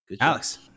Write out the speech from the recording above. Alex